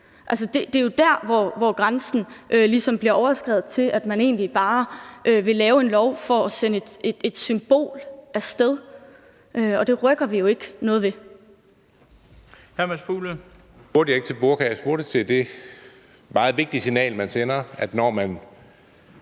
det er dér, hvor grænsen ligesom bliver overskredet og man egentlig bare vil lave en lov for at sende et symbol af sted, og det rykker vi jo ikke noget ved.